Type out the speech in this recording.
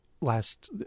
last